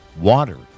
water